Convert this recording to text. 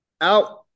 out